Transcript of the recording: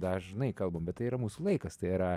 dažnai kalbam bet tai yra mūsų laikas tai yra